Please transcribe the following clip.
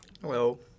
Hello